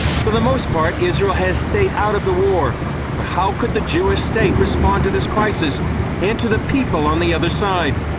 for the most part, israel has stayed out of the war, but how could the jewish state respond to this crisis and to the people on the other side?